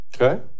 Okay